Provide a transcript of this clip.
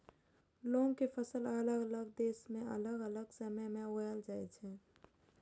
लौंग के फसल अलग अलग देश मे अलग अलग समय मे उगाएल जाइ छै